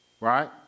right